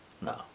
No